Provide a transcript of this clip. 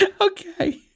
Okay